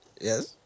Yes